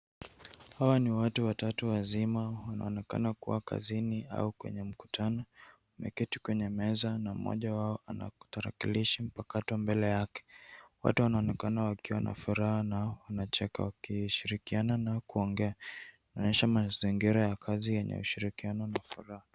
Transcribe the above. Hawa ni watu watatu wazima wanaonekana kuwa kazini au kwenye mkutano wameketi kwenye meza na mmoja wao ana tarakilishi mpakato mbele yake. Wote wanaonekana wakiwa na furaha na wanacheka wakishirikiana na kuongea ikionyesha mazingira ya kazi yenye ushirikiano na furaha.